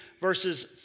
verses